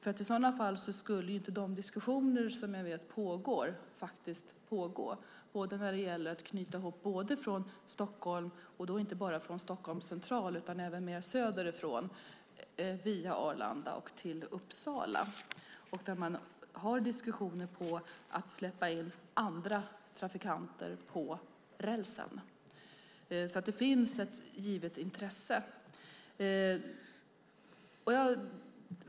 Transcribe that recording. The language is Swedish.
I så fall skulle inte de diskussioner som jag vet pågår faktiskt pågå när det gäller att knyta ihop det från Stockholm, och då inte bara från Stockholms central utan även söderifrån, via Arlanda och till Uppsala. Där har man diskussioner om att släppa in andra trafikanter på rälsen. Det finns alltså ett givet intresse.